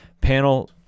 panel